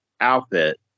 outfit